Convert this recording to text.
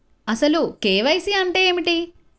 అసలు కే.వై.సి అంటే ఏమిటి?